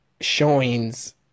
showings